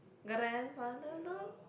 grandfather no